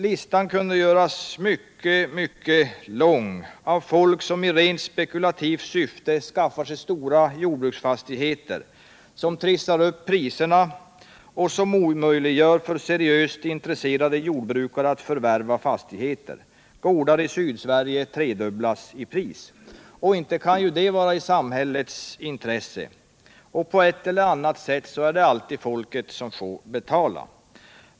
Listan kunde göras mycket, mycket lång på folk som i rent spekulativt syfte har skaffat sig stora jordbruksfastigheter, som trissar upp priserna och omöjliggör för seriöst intresserade jordbrukare att förvärva fastigheterna. Gårdar i Sydsverige har tredubblats i pris. Detta kan ju inte vara i samhällets intresse. På ett eller annat sätt är det dessutom alltid folket som får betala.